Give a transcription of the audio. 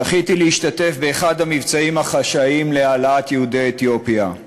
זכיתי להשתתף באחד המבצעים החשאיים להעלאת יהודי אתיופיה.